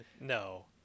No